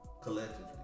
collectively